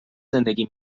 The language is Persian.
زندگی